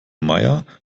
meier